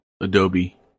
Adobe